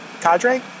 cadre